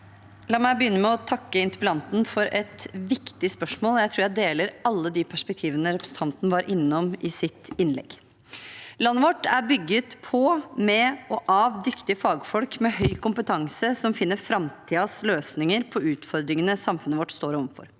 La meg begynne med å takke interpellanten for et viktig spørsmål, og jeg tror jeg deler alle de perspektivene representanten var innom i sitt innlegg. Landet vårt er bygget på, med og av dyktige fagfolk med høy kompetanse som finner framtidens løsninger på utfordringene samfunnet vårt står overfor.